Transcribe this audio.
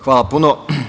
Hvala puno.